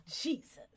Jesus